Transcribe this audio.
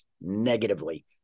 negatively